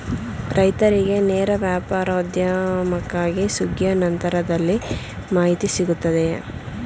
ರೈತರಿಗೆ ನೇರ ವ್ಯಾಪಾರೋದ್ಯಮಕ್ಕಾಗಿ ಸುಗ್ಗಿಯ ನಂತರದಲ್ಲಿ ಮಾಹಿತಿ ಸಿಗುತ್ತದೆಯೇ?